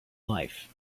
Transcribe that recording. life